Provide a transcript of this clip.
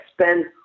spend